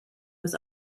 was